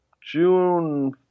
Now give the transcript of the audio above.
June